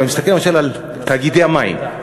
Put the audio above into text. אתה מסתכל, למשל, על תאגידי המים.